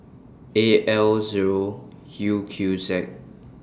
A L Zero U Q Z